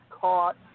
caught